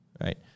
right